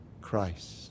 christ